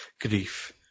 grief